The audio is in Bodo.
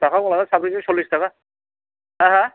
दस थाखाखौ लाना साब्रैजों सलिच थाखा हो हो